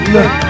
Look